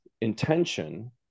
intention